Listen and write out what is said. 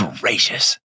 gracious